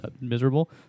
miserable